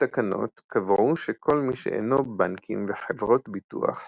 התקנות קבעו שכל מי שאינו בנקים וחברות ביטוח